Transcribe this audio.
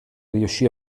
riuscì